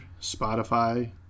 Spotify